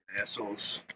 Assholes